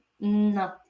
No